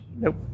nope